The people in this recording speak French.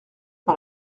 par